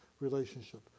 relationship